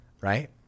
right